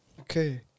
Okay